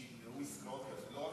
שימנעו עסקאות כאלה,